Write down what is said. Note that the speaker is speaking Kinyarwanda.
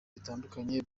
bitandukanye